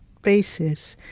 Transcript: basis.